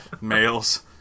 males